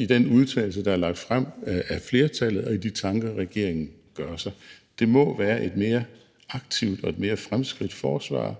i det forslag til vedtagelse, der er lagt frem af flertallet, og i de tanker, regeringen gør sig. Det må være et mere aktivt og fremskudt forsvar,